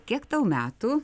kiek tau metų